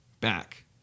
back